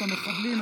את המחבלים,